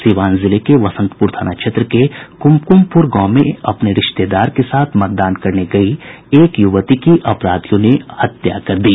सीवान जिले के वसंतपुर थाना क्षेत्र के कुमकुमपुर गांव में अपने रिश्तेदार के साथ मतदान करने गयी एक युवती की अपराधियों ने हत्या कर दी